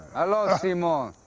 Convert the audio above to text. hello simon!